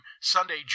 Sunday